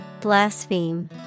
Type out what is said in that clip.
blaspheme